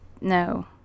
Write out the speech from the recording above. no